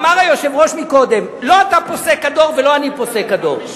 אמר היושב-ראש מקודם: לא אתה פוסק הדור ולא אני פוסק הדור.